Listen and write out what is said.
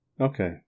Okay